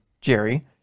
Jerry